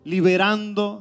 Liberando